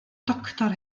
doctor